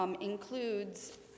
includes